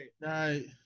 Right